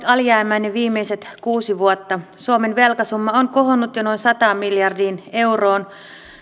alijäämäinen viimeiset kuusi vuotta suomen velkasumma on kohonnut jo noin sataan miljardiin euroon